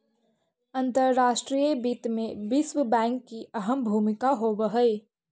अंतर्राष्ट्रीय वित्त में विश्व बैंक की अहम भूमिका होवअ हई